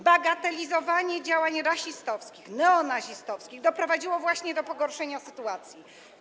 Bagatelizowanie działań rasistowskich, neonazistowskich doprowadziło właśnie do pogorszenia sytuacji.